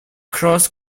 cross